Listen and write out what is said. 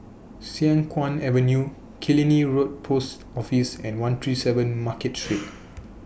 Siang Kuang Avenue Killiney Road Post Office and one three seven Market Street